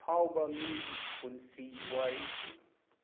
ꯑꯐꯥꯎꯕ ꯃꯤꯒꯤ ꯄꯨꯟꯁꯤ ꯋꯥꯔꯤꯁꯤꯡ